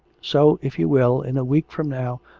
so, if you will, in a week from now,